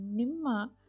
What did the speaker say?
nimma